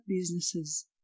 businesses